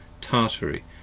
Tartary